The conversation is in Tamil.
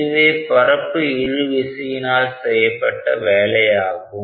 இதுவே பரப்பு இழுவிசையினால் செய்யப்பட்ட வேலையாகும்